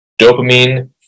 dopamine